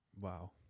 Wow